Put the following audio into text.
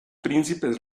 príncipes